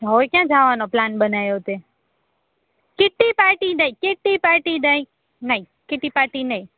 હવે ક્યાં જાવાનો પ્લાન બનાવ્યો તે કીટી પાર્ટી દઈ કીટી પાર્ટી દઈ નહી કીટી પાર્ટી નહી